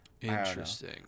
interesting